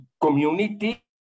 community